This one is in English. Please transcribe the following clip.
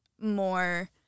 more